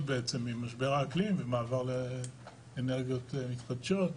עם משבר האקלים והמעבר לאנרגיות מתחדשות,